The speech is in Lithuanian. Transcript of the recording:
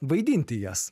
vaidinti jas